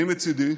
אני מצידי,